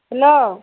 hello